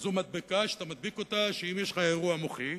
זאת מדבקה שאתה מדביק אותה, ואם יש לך אירוע מוחי,